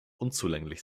unzulänglich